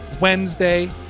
wednesday